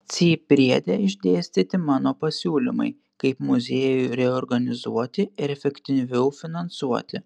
c priede išdėstyti mano pasiūlymai kaip muziejų reorganizuoti ir efektyviau finansuoti